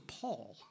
Paul